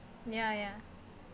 ya ya